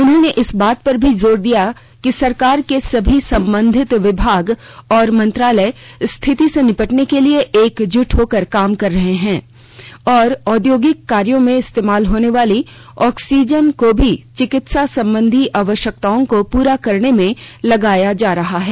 उन्होंने इस बात पर भी जोर दिया कि सरकार के सभी संबंधित विभाग और मंत्रालय स्थिति से निपटने के लिए एकजुट होकर काम कर रहे हैं और औद्योगिक कार्यो में इस्तेमाल होने वाली ऑक्सीजन को भी चिकित्सा संबंधी आवश्यकताओं को पूरा करने में लगाया जा रहा है